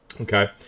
Okay